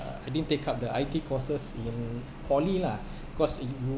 uh I didn't take up the I_T courses in poly lah cause it